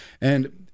And-